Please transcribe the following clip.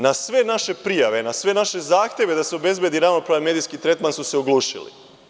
Na sve naše prijave, na sve naše zahteve da se obezbedi ravnopravan medijski tretman su se oglušili.